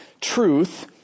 truth